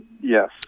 yes